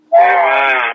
Amen